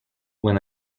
when